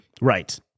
Right